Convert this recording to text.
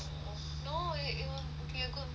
no it it will be a good match